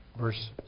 verse